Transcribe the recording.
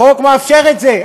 החוק מאפשר את זה.